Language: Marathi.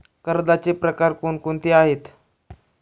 कर्जाचे प्रकार कोणकोणते आहेत?